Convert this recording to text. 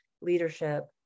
leadership